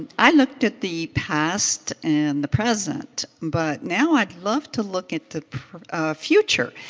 i looked at the past and the present, but now i'd love to look at the future.